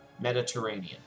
Mediterranean